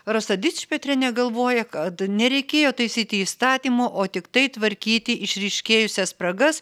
rasa dičpetrienė galvoja kad nereikėjo taisyti įstatymo o tiktai tvarkyti išryškėjusias spragas